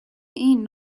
این